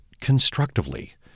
constructively